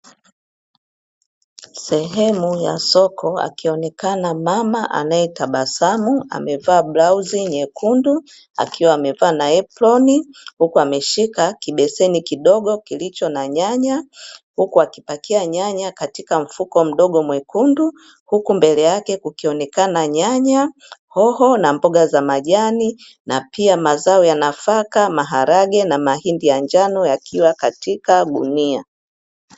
Sehemu ya soko akionekana mama anayetabasamu, amevaa blauzi nyekundu, akiwa amevaa na aproni, huku ameshika kibeseni kidogo kilicho na nyanya, huku akipakia nyanya katika mfuko mdogo mwekundu. Huku mbele yake kukionekana nyanya, hoho na mboga za majani; na pia mazao ya nafaka, maharage na mahindi ya njano yakiwa katika gunia.